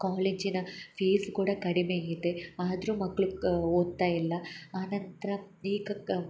ಕಾಲೇಜಿನ ಫೀಸ್ ಕೂಡ ಕಡಿಮೆ ಇದೆ ಆದರು ಮಕ್ಕಳು ಕ ಓದ್ತಾ ಇಲ್ಲ ಆ ನಂತರ ಈಗ ಕ